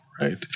Right